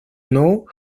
know